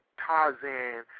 Tarzan